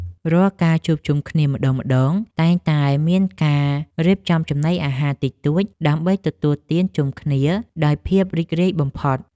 រាល់ការជួបជុំគ្នាម្ដងៗ តែងតែមានការរៀបចំចំណីអាហារតិចតួច ដើម្បីទទួលទានជុំគ្នាដោយភាពរីករាយបំផុត។